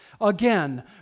Again